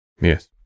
Yes